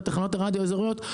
ולגבי תחנות הרדיו האזוריות,